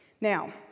Now